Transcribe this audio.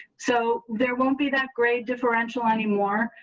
so there won't be that great differential anymore,